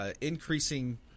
increasing